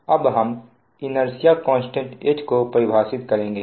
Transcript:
अब हम inertia constant H को परिभाषित करेंगे